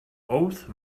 oath